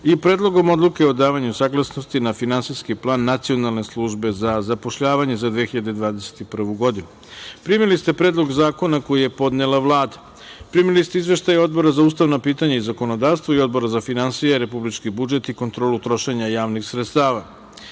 i Predlogom odluke o davanju saglasnosti na Finansijski plan Nacionalne službe za zapošljavanje za 2021. godinu. Primili ste Predlog zakona koji je podnela Vlada. Primili ste Izveštaj odbora za ustavna pitanja i zakonodavstvo i Odbora za finansije, republički budžet i kontrolu trošenja javnih sredstava. Pre